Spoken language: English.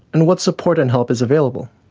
and what support and help is available?